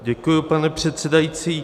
Děkuji, pane předsedající.